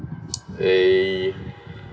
eh